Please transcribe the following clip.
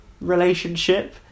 relationship